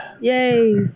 yay